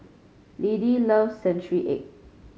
Lidie loves Century Egg